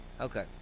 okay